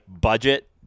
budget